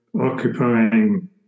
occupying